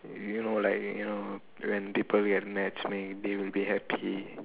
you know like you know when people get matched they will be happy